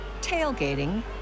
tailgating